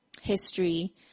history